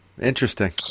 Interesting